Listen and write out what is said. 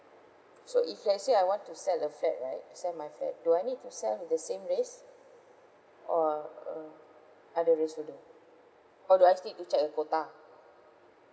so if let's say I want to sell a flat right sell my flat do I need to sell with the same race or uh other race will do or do I still need to check the quota